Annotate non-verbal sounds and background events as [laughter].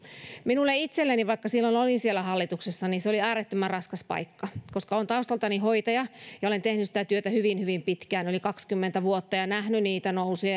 minulle itselleni vaikka silloin olin siellä hallituksessa se oli äärettömän raskas paikka koska olen taustaltani hoitaja ja olen tehnyt sitä työtä hyvin hyvin pitkään yli kaksikymmentä vuotta ja nähnyt niitä nousuja [unintelligible]